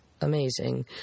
amazing